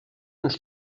uns